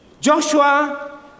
Joshua